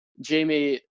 jamie